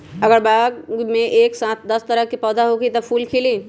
अगर बाग मे एक साथ दस तरह के पौधा होखि त का फुल खिली?